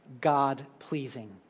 God-pleasing